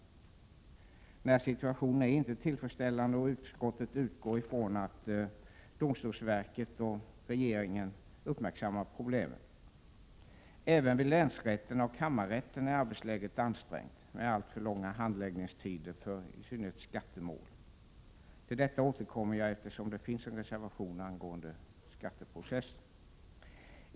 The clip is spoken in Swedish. Den här situationen är inte tillfredsställande och utskottet utgår från att domstolsverket och regeringen uppmärksammar problemet. Även vid länsrätterna och kammarrätten är arbetsläget ansträngt med alltför långa handläggningstider, i synnerhet för skattemål. Till detta återkommer jag, eftersom det finns en reservation angående skatteprocessen.